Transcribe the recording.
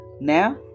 now